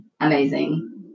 amazing